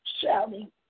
shouting